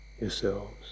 yourselves